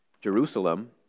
Jerusalem